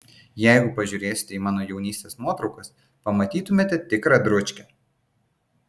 jeigu pažiūrėsite į mano jaunystės nuotraukas pamatytumėte tikrą dručkę